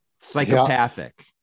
Psychopathic